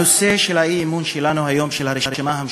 הנושא של האי-אמון שלנו היום, של הרשימה המשותפת,